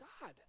God